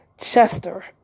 Chester